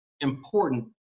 important